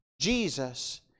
Jesus